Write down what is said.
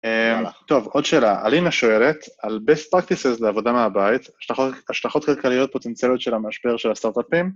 טוב, עוד שאלה. אלינה שואלת, על best practices לעבודה מהבית, השלכות כלכליות פוטנציאליות של המשבר של הסטארט-אפים.